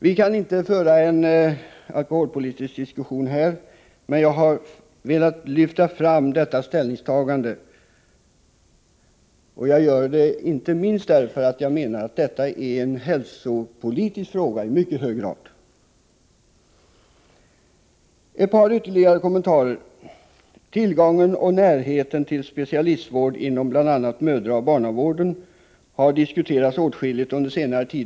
— Vi kan inte föra en alkoholpolitisk diskussion här, men jag har velat lyfta fram detta ställningstagande. Jag gör det inte minst därför att jag menar att det här i mycket hög grad är en hälsopolitisk fråga. Så ett par ytterligare kommentarer. Den första kommentaren gäller tillgången och närheten till specialistvård inom bl.a. mödraoch barnavården — något som diskuterats åtskilligt under senare tid.